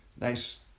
nice